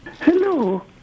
Hello